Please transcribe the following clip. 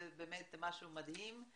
זה באמת משהו מדהים.